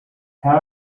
herd